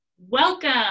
Welcome